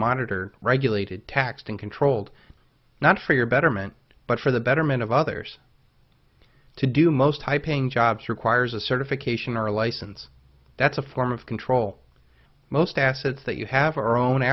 monitored regulated taxed and controlled not for your betterment but for the betterment of others to do most high paying jobs requires a certification or a license that's a form of control most assets that you have our own